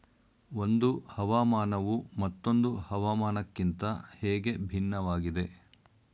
ಒಂದು ಹವಾಮಾನವು ಮತ್ತೊಂದು ಹವಾಮಾನಕಿಂತ ಹೇಗೆ ಭಿನ್ನವಾಗಿದೆ?